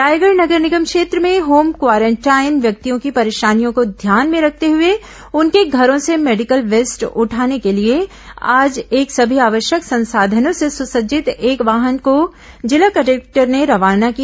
रायगढ़ नगर निगम क्षेत्र में होम क्वारेंटाइन व्यक्तियों की परेशानियों को ध्यान में रखते हुए उनके घरों से मेडिकल वेस्ट उठाने के लिए आज एक सभी आवश्यक संसाधनों से सुसज्जित एक वाहन को जिला कलेक्टर ने रवाना किया